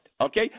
okay